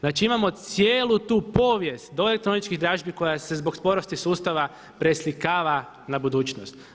Znači imamo cijelu tu povijest do elektroničkih dražbi koja se zbog sporosti sustava preslikava na budućnost.